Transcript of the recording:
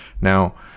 Now